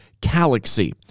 Galaxy